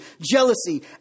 jealousy